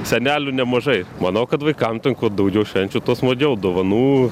senelių nemažai manau kad vaikam kuo daugiau švenčių tuo smagiau dovanų